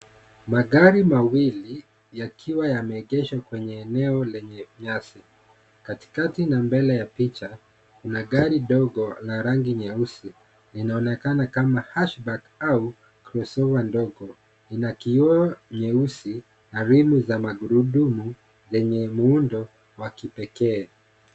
Magari mawili yakiwa yameegeshwa kwenye eneo lenye nyasi. Katikati na mbele ya picha, kuna gari dogo na rangi nyeusi linaonekana kama hashbach au crossover ndogo ina kioo nyeusi karibu za magurudumu lenye muundo wa kipekee.